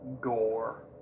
gore